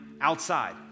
outside